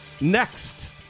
next